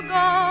go